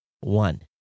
one